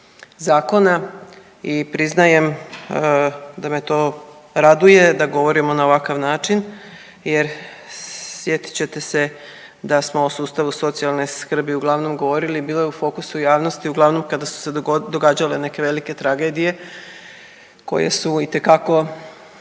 zakona i priznajem da me to raduje da govorimo na ovakav način jer sjetit ćete se da smo o sustavu socijalne skrbi uglavnom govorili, bilo je u fokusu javnosti uglavnom kada su se događale neke velike tragedije koje su itekako